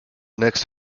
next